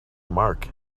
mark